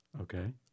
Okay